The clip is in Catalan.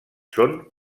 són